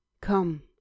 Come